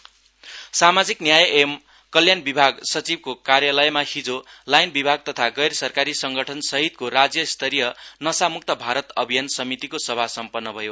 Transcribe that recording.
नशा मुक्त भारत सामाजिक न्याय एवं कल्याण विभाग सचिवको कार्यालयमा हिजो लाईन विभाग तथा गैर सरकारी संगठनसिहतको राज्य स्तरिय नशा म्क्त भारत अभियान समितिको सभा सम्पन्न भयो